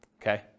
okay